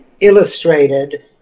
illustrated